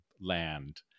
land